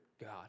God